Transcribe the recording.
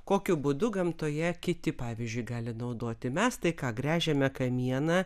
kokiu būdu gamtoje kiti pavyzdžiui gali naudoti mes tai ką gręžiame kamieną